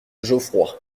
geoffroy